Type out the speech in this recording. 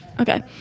Okay